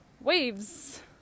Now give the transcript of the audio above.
waves